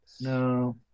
No